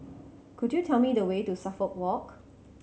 could you tell me the way to Suffolk Walk